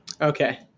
Okay